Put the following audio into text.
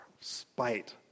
spite